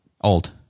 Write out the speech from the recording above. Old